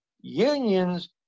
unions